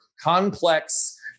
complex